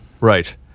right